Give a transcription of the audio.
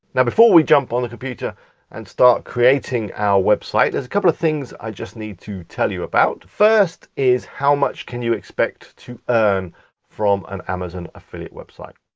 now before we jump on the computer and start creating our website, there's a couple of things that i just need to tell you about. first is how much can you expect to earn from an amazon affiliate website?